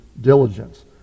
diligence